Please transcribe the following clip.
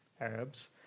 Arabs